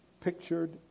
pictured